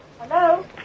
Hello